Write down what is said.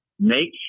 Make